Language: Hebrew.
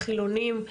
חילונים,